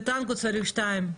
לטנגו צריך שניים,